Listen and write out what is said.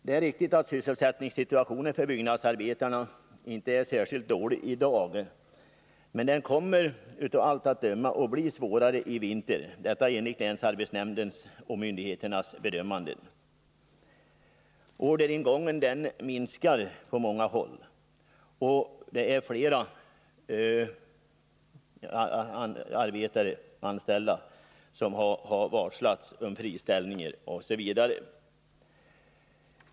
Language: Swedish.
Det är riktigt att sysselsättningssituationen för byggnadsarbetarna inte är särskilt dålig i dag. Men den kommer av allt att döma att bli svårare i vinter — detta enligt länsarbetsnämndens och myndigheternas bedömande. Orderingången minskar på många håll, och det är flera anställda som har varslats om friställningar.